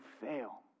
fail